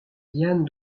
diane